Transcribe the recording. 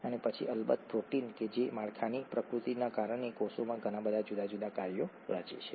અને પછી અલબત્ત પ્રોટીન જે છે જે માળખાની પ્રકૃતિને કારણે કોષમાં ઘણા બધા જુદા જુદા કાર્યો રચે છે